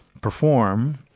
perform